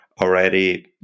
already